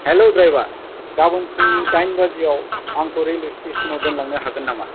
hello driver गाबोन फुंनि दाइन बाजियाव आंखौ रेलवे स्टेसनाव दोनलांनो हागोन नामा